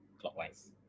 clockwise